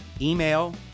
email